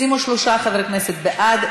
התשע"ז 2017. מי בעד?